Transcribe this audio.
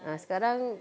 ah sekarang